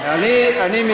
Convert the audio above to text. אדוני היושב-ראש, מופתע.